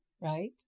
right